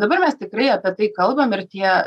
dabar mes tikrai apie tai kalbam ir tie